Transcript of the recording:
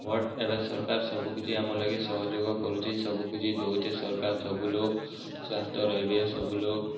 but ଏବେ ସର୍କାର୍ ସବୁକିଛି ଆମର ଲାଗି ସହଯୋଗ କରୁଚି ସବୁକିଛି ଦଉଛି ସରକାର ସବୁଲୋକ୍ ସ୍ଵାସ୍ଥ୍ୟ ରହିବେ ସବୁଲୋକ୍